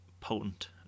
potent